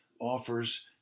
offers